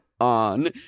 on